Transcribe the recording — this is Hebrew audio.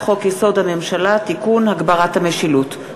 חוק-יסוד: הממשלה (תיקון) (הגברת המשילות).